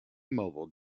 mobile